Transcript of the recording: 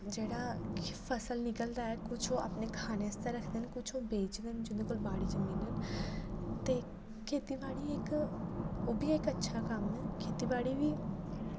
जेह्ड़ा फ़सल निकलदा ऐ कुछ ओह् अपने खाने आस्तै रखदे न कुछ ओह् बेचदे न जिंदे कोल बाड़ी ज़मीनां न ते खेतीबाड़ी इक ओह् बी इक अच्छा कम्म ऐ खेतीबाड़ी बी